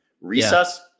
recess